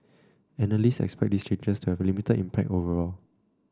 analysts expect these changes to have a limited impact overall